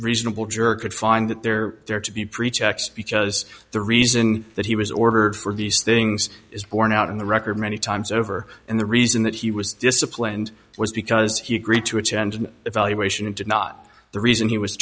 reasonable juror could find that they're there to be pre checked because the reason that he was ordered for these things is borne out in the record many times over and the reason that he was disciplined was because he agreed to attend an evaluation and did not the reason he was